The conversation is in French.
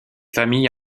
famille